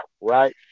right